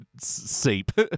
seep